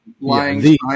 lying